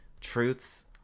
truths